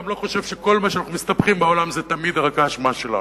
גם לא חושב שכל מה שאנחנו מסתבכים בעולם זה תמיד רק האשמה שלנו.